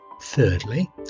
thirdly